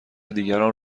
دیگران